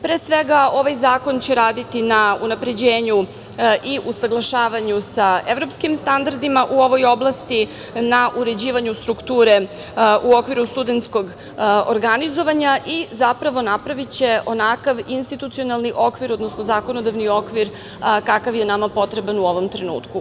Pre svega ovaj zakon će raditi na unapređenju i usaglašavanju sa evropskim standardima u ovoj oblasti, na uređivanju strukture u okviru studentskog organizovanja i zapravo napraviće onakav institucionalni okvir, odnosno zakonodavni okvir kakav je nama potreban u ovom trenutku.